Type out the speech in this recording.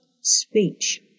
Speech